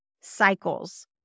cycles